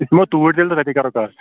أسۍ یِمو توٗرۍ تیٚلہِ تہٕ تتی کرو کتھ